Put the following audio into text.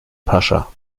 pascha